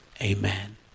Amen